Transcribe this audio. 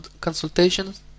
Consultations